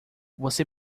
você